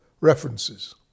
references